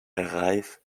arrive